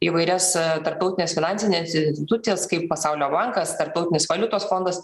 įvairias tarptautines finansines institucijas kaip pasaulio bankas tarptautinis valiutos fondas